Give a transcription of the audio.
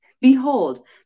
Behold